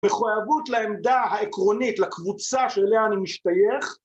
מחויבות לעמדה העקרונית, לקבוצה שאליה אני משתייך...